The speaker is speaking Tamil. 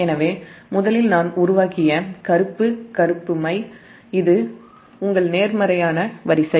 எனவே முதலில் நான் உருவாக்கிய கருப்பு மை இது உங்கள் நேர்மறையான வரிசை